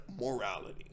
morality